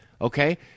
Okay